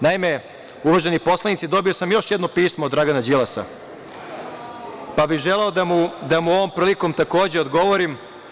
Naime, uvaženi poslanici, dobio sam još jedno pismo od Dragana Đilasa, pa bih želeo da mu ovom prilikom, takođe, odgovorim.